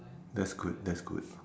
that's good that's good